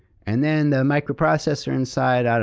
and then, the microprocessor inside, i don't